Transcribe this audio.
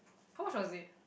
how much was it